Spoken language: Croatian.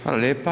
Hvala lijepo.